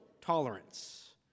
tolerance